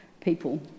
people